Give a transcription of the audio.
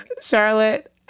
Charlotte